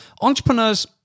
Entrepreneurs